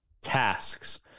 tasks